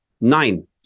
nine